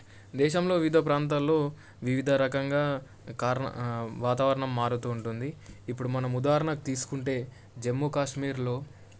దేశంలో వివిధ ప్రాంతాల్లో వివిధ రకంగా కారణ వాతావరణం మారుతూ ఉంటుంది ఇప్పుడు మనము ఉదాహరణకు తీసుకుంటే జమ్మూ కాశ్మీర్లో